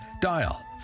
dial